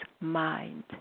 mind